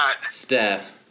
Steph